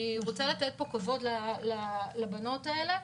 ואני רוצה לתת כבוד לבנות האלה,